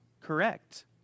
Correct